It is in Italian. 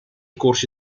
corsi